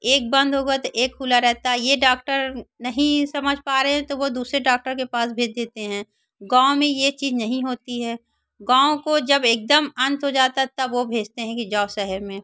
एक बंद होगा तो एक खुला रहता है यह डॉक्टर नहीं समझ पा रहे हैं तो वह दूसरे डॉक्टर के पास भेज देते हैं गाँव में यह चीज़ नहीं होती है गाँव को जब एक दम अंत हो जाता है तब वह भेजते हैं कि जाओ शहर में